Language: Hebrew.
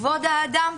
כבוד האדם,